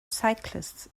cyclists